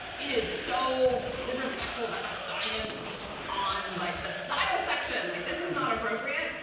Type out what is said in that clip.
it is so disrespectful to have science on like the style section. like this is not appropriate!